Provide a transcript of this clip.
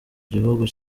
gihugu